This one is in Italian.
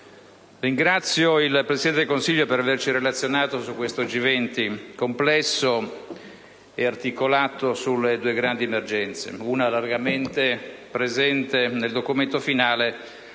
ringrazio il Presidente del Consiglio per averci relazionato su questo G20 complesso e articolato su due grandi emergenze: una largamente presente nel documento finale,